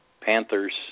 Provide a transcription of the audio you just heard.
Panthers